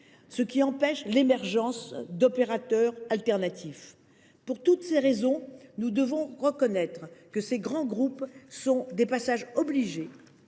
ce qui empêche l’émergence d’autres opérateurs. Pour toutes ces raisons, nous devons reconnaître que ces grands groupes sont des passages obligés.